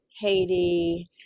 Haiti